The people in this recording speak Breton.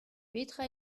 petra